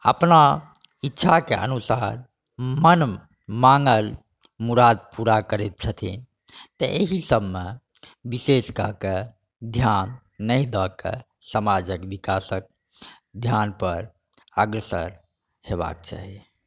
अपना इच्छाके अनुसार मन माँगल मुराद पूरा करै छथिन तऽ एहि सबमे विशेष कऽ कऽ ध्यान नहि दऽ कऽ समाजक विकासके ध्यान पर अग्रसर होयबाक चाही